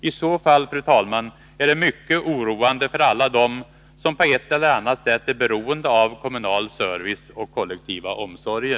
I så fall är det mycket oroande för alla dem som på ett eller annat sätt är beroende av kommunal service och kollektiva omsorger.